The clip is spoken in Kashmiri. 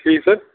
ٹھیٖک حظ